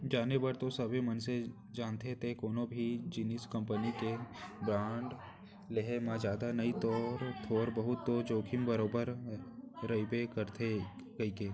जाने बर तो सबे मनसे जानथें के कोनो भी निजी कंपनी के बांड लेहे म जादा नई तौ थोर बहुत तो जोखिम बरोबर रइबे करथे कइके